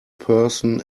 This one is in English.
person